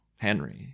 Henry